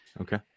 okay